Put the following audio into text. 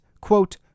quote